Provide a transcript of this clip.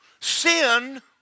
Sin